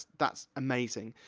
that's amazing.